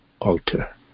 altar